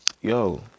yo